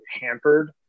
hampered